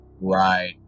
Right